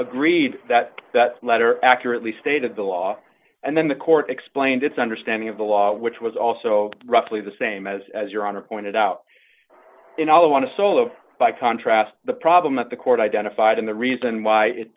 agreed that that letter accurately stated the law and then the court explained its understanding of the law which was also roughly the same as as your honor pointed out in all i want to solo by contrast the problem that the court identified and the reason why it